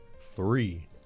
three